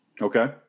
Okay